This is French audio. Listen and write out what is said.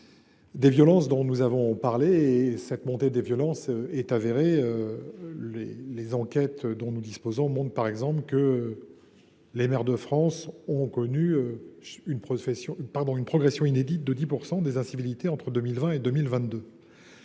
des violences que nous avons mentionnée et qui est avérée. Les enquêtes dont nous disposons montrent par exemple que les maires de France ont constaté une progression inédite de 10 % des incivilités entre 2020 et 2022.